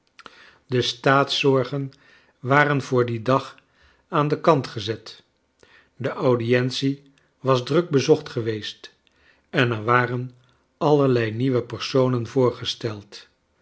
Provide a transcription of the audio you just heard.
de staatszorgen waxen voor dien dag aan kant gezet de audieniie was druk bezocht geweest er waren ajlerlei nieuwe personen voorgesleld